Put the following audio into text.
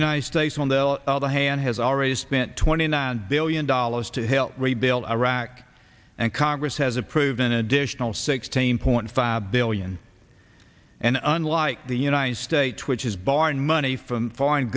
united states on the other hand has already spent twenty nine billion dollars to help rebuild iraq and congress has approved an additional sixteen point five billion and unlike the united states which is borrowed money from fo